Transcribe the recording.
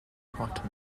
croton